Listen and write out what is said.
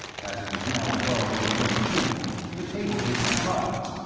as it was now above the inverted table, the table did not rise,